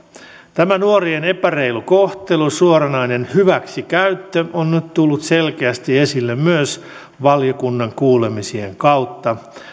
tämä nuorten epäreilu kohtelu suoranainen hyväksikäyttö on nyt tullut selkeästi esille myös valiokunnan kuulemisien kautta